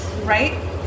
right